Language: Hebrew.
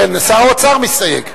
כן, שר האוצר מסתייג.